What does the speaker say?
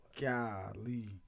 golly